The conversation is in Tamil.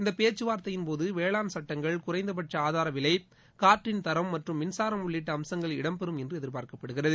இந்தப் பேச்சுவார்த்தையின்போது வேளாண் சட்டங்கள் குறைந்த பட்ச ஆதார விலை காற்றின் தரம் மற்றும் மின்சாரம் உள்ளிட்ட அம்சங்களும் இடம்பெறும் என்று எதிர்பார்க்கப்படுகிறது